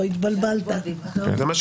תחזק את הדמוקרטיה אתה אמרת את זה,